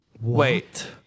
Wait